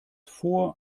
vor